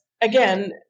again